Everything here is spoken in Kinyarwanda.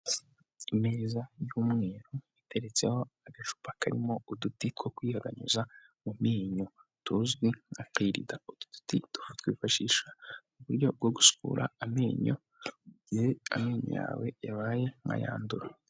Imeza y'umweru iteretseho agacupa karimo uduti two kwihaganyuza mu menyo tuzwi nka kirida utu duti tukatwifashisha mu buryo bwo gusukura amenyo mu gihe amenyo yawe yabaye nkayandura.